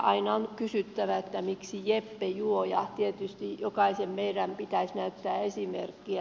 aina on kysyttävä että miksi jeppe juo ja tietysti jokaisen meidän pitäisi näyttää esimerkkiä